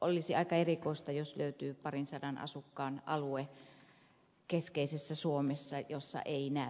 olisi aika erikoista jos löytyy parinsadan asukkaan alue keskeisessä suomessa jossa ei näy